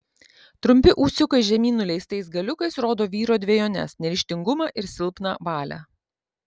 trumpi ūsiukai žemyn nuleistais galiukais rodo vyro dvejones neryžtingumą ir silpną valią